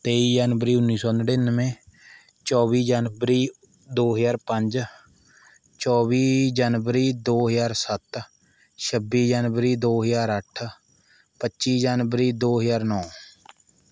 ਤੇਈ ਜਨਵਰੀ ਉੱਨੀ ਸੌ ਨੜਿਨਵੇਂ ਚੌਵੀ ਜਨਵਰੀ ਦੋ ਹਜ਼ਾਰ ਪੰਜ ਚੌਵੀ ਜਨਵਰੀ ਦੋ ਹਜ਼ਾਰ ਸੱਤ ਛੱਬੀ ਜਨਵਰੀ ਦੋ ਹਜ਼ਾਰ ਅੱਠ ਪੱਚੀ ਜਨਵਰੀ ਦੋ ਹਜ਼ਾਰ ਨੌ